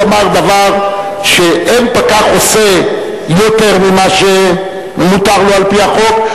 הוא אמר דבר שאין פקח עושה יותר ממה שמותר לו על-פי החוק.